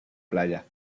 playa